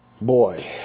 boy